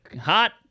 hot